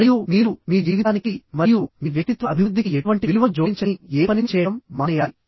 మరియు మీరు మీ జీవితానికి మరియు మీ వ్యక్తిత్వ అభివృద్ధికి ఎటువంటి విలువను జోడించని ఏ పనిని చేయడం మానేయాలి